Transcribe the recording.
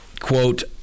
quote